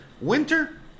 Winter